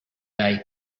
they